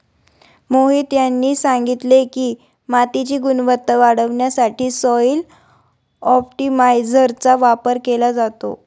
मोहित यांनी सांगितले की, मातीची गुणवत्ता वाढवण्यासाठी सॉइल ऑप्टिमायझरचा वापर केला जातो